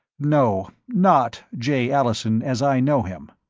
no not jay allison as i know him!